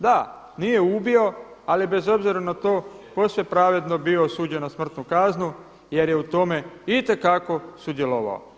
Da, nije ubio ali je bez obzira na to posve pravedno bio osuđen na smrtnu kaznu jer je u tome itekako sudjelovao.